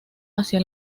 hacia